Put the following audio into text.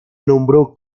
nombró